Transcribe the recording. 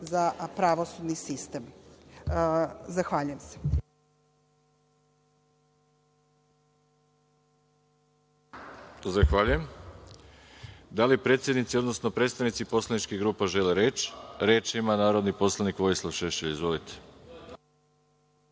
za pravosudni sistem. Zahvaljujem se. **Veroljub Arsić** Zahvaljujem. Da li predsednici, odnosno predstavnici poslaničkih grupa žele reč? Reč ima narodni poslanik Vojislav Šešelj. Izvolite.